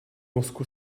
mozku